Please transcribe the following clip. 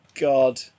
God